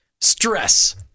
stress